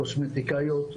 קוסמטיקאיות,